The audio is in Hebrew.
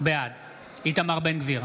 בעד איתמר בן גביר,